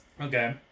Okay